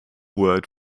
word